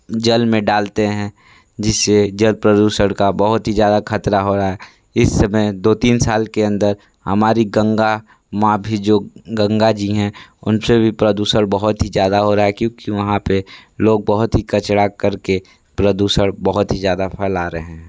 जल में डालते हैं जिससे जल प्रदूषण का बहुत ही ज़्यादा खतरा हो रहा है इस समय दो तीन साल के अंदर हमारी गंगा माँ भी जो गंगा जी हैं उनसे भी प्रदूषण बहुत ही ज़्यादा हो रहा है क्योंकि वहाँ पे लोग बहुत ही कचड़ा करके प्रदूषण बहुत ही ज़्यादा फैला रहे हैं